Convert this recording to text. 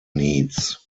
needs